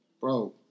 Bro